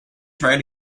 try